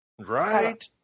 Right